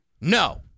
no